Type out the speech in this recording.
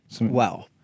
Wow